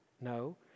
No